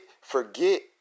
forget